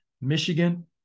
Michigan